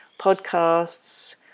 podcasts